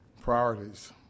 Priorities